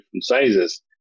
sizes